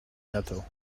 cattle